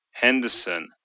Henderson